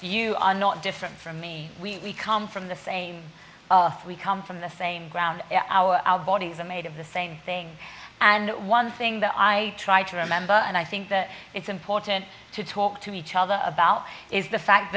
you are not different from me we come from the same we come from the same ground our bodies are made of the same thing and one thing that i try to remember and i think that it's important to talk to each other about is the fact